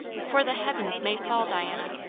for the heavens may fall, diana,